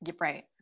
Right